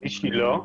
אני שילה,